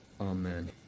Amen